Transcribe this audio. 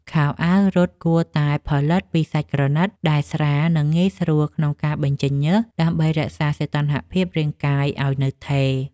ខោអាវរត់គួរតែផលិតពីសាច់ក្រណាត់ដែលស្រាល និងងាយស្រួលក្នុងការបញ្ចេញញើស ដើម្បីរក្សាសីតុណ្ហភាពរាងកាយឱ្យនៅថេរ។